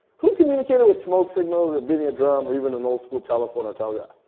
who communicated with smoke signals or beating a drum or even an old school telephone or telegraph?